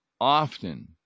often